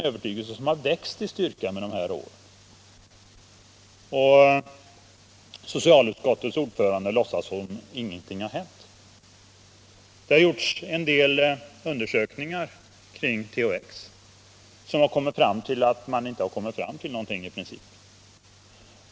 Övertygelsen härom har växt i styrka under de här åren, men socialutskottets ordförande låtsas som om ingenting har hänt. Det har gjorts en hel del undersökningar kring THX, som i princip har lett fram till att man inte har kommit fram till någonting.